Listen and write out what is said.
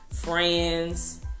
friends